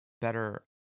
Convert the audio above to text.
better